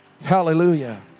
Hallelujah